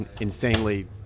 insanely